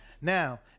Now